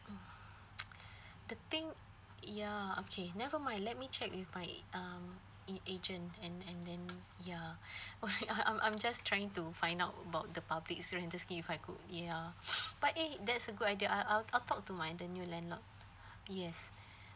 mm the thing ya okay nevermind let me check with my uh a agent and and and ya I'm I'm I'm just trying to find out about the public rental scheme if I could ya but eh that's a good idea I'll I'll I'll talk to my the new landlord yes